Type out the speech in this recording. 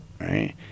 right